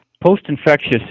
post-infectious